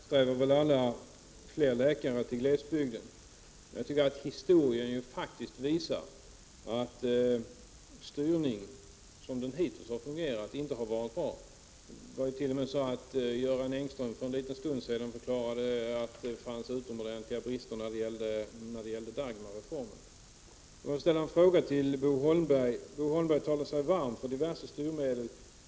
Herr talman! Vi eftersträvar väl alla att det skall bli fler läkare till glesbygden. Jag tycker att historien faktiskt visar att styrningen, som den hittills har fungerat, inte har varit bra. Göran Engström förklarade t.o.m. för en stund Prot. 1989/90:26 sedan att det fanns utomordentliga brister när det gällde Dagmarreformen. 15 november 1989 Bo Holmberg talade sig varm för diverse styrmedel.